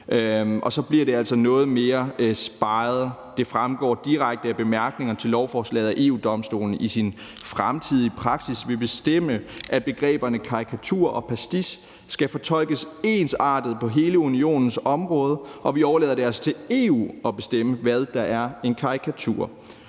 og så bliver det altså noget mere speget. Det fremgår direkte af bemærkningerne til lovforslaget, at EU-Domstolen i sin fremtidige praksis vil bestemme, at begreberne karikatur og pastiche skal fortolkes ensartet på hele Unionens område, og vi overlader det altså til EU at bestemme, hvad der er en karikatur.